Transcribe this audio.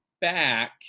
back